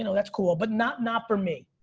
you know that's cool, but not not for me.